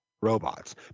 robots